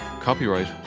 Copyright